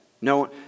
No